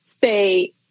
say